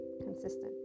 consistent